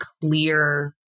clear